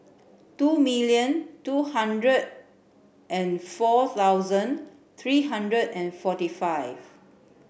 two million two hundred and four thousand three hundred and forty five